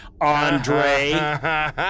Andre